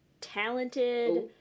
talented